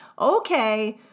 Okay